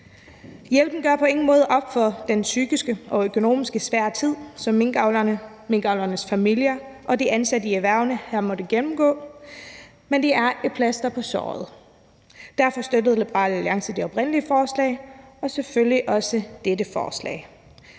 ingen måde bod på den psykisk og økonomisk svære tid, som minkavlerne, minkavlernes familier og de ansatte i erhvervene har måttet gennemgå, men det er et plaster på såret. Derfor støttede Liberal Alliance det oprindelige forslag og støtter selvfølgelig også dette forslag.